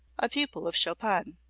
a pupil of chopin.